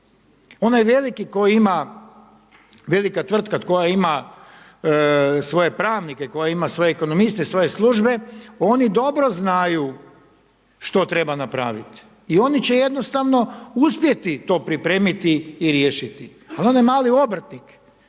Oni veliki koji ima, velika tvrtka koja ima svoje pravnike, koja ima svoje ekonomiste svoje službe, oni dobro znaju što treba napraviti i oni će jednostavno uspjeti to pripremiti i riješiti. Onaj mali obrtnik,